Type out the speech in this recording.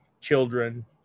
children